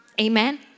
Amen